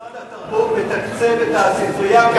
משרד התרבות מתקצב את הספרייה כראוי.